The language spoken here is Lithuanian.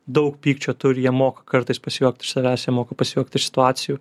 daug pykčio turi jie moka kartais pasijuokti iš savęs jie moka pasijuokti iš situacijų